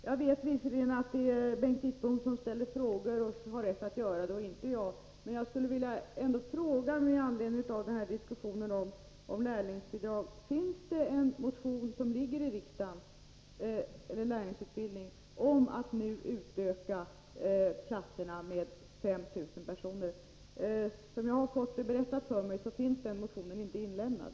Fru talman! Jag vet visserligen att det är Bengt Wittbom som ställer frågor och har rätt att göra det, inte jag, men jag skulle ändå med anledning av diskussionen om lärlingsutbildning vilja fråga: Har det lagts fram en motion i riksdagen om att nu utöka platsantalet med 5 000? Som jag har fått det berättat för mig finns inte någon sådan motion inlämnad.